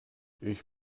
ich